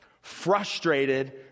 frustrated